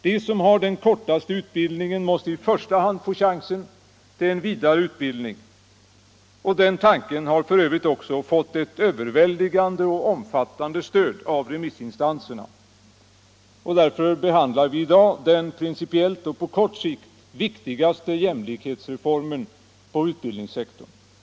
De som har den kortaste utbildningen måste i första hand få chansen till en vidgad utbildning. Den tanken har f. ö. fått ett överväldigande och omfattande stöd av remissinstanserna. Därför behandlar vi i dag den principiellt och på kort sikt viktigaste jämlikhetsreformen på utbildningssektorn.